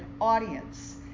audience